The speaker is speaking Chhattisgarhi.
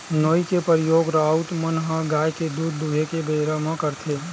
नोई के परियोग राउत मन ह गाय के दूद दूहें के बेरा करथे